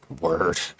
Word